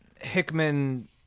Hickman